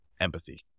empathy